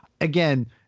again